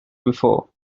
before